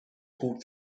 called